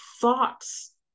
thoughts